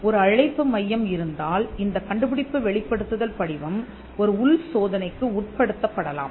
ஒரு அழைப்பு மையம் இருந்தால் இந்த கண்டுபிடிப்பு வெளிப்படுத்துதல் படிவம் ஒரு உள்சோதனைக்கு உட்படுத்தப்பட லாம்